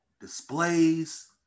displays